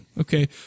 okay